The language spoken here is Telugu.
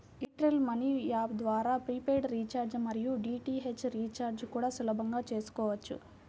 ఎయిర్ టెల్ మనీ యాప్ ద్వారా ప్రీపెయిడ్ రీచార్జి మరియు డీ.టీ.హెచ్ రీచార్జి కూడా సులభంగా చేసుకోవచ్చు